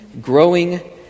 growing